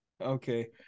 Okay